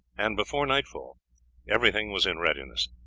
and before nightfall everything was in readiness.